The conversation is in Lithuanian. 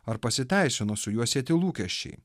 ar pasiteisino su juo sieti lūkesčiai